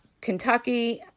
Kentucky